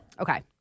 Okay